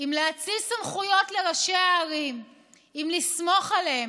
ועם להאציל סמכויות לראשי הערים ועם לסמוך עליהם.